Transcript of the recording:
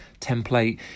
template